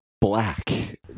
black